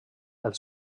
els